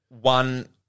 one